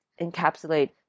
encapsulate